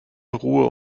ruhe